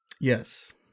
Yes